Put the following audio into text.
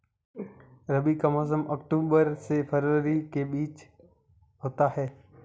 रबी का मौसम अक्टूबर से फरवरी के बीच होता है